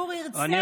שהציבור ירצה,